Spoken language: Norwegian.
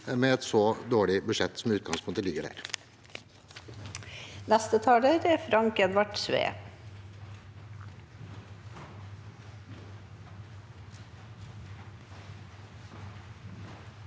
med et så dårlig budsjett som det som i utgangspunktet ligger der.